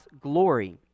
glory